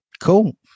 Cool